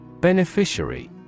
Beneficiary